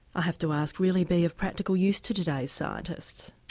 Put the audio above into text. i have to ask, really be of practical use to today's scientists?